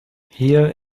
hier